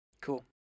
Cool